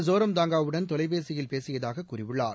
ஸோரம் தாங்காவுடன் தொலைபேசியில் பேசியதாக கூறியுள்ளார்